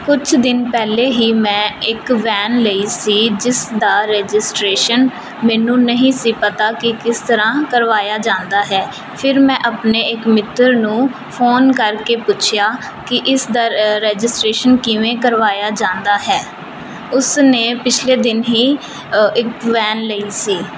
ਕੁਛ ਦਿਨ ਪਹਿਲਾਂ ਹੀ ਮੈਂ ਇੱਕ ਵੈਨ ਲਈ ਸੀ ਜਿਸ ਦਾ ਰਜਿਸਟਰੇਸ਼ਨ ਮੈਨੂੰ ਨਹੀਂ ਸੀ ਪਤਾ ਕਿ ਕਿਸ ਤਰ੍ਹਾਂ ਕਰਵਾਇਆ ਜਾਂਦਾ ਹੈ ਫਿਰ ਮੈਂ ਆਪਣੇ ਇੱਕ ਮਿੱਤਰ ਨੂੰ ਫੋਨ ਕਰਕੇ ਪੁੱਛਿਆ ਕਿ ਇਸਦਾ ਰਜਿਸਟਰੇਸ਼ਨ ਕਿਵੇਂ ਕਰਵਾਇਆ ਜਾਂਦਾ ਹੈ ਉਸ ਨੇ ਪਿਛਲੇ ਦਿਨ ਹੀ ਇੱਕ ਵੈਨ ਲਈ ਸੀ